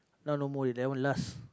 now no more already never last